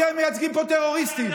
אתם מייצגים פה טרוריסטים.